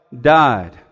died